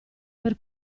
per